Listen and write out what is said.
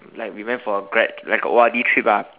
like we went for a grad like a O_R_D trip ah